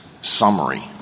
summary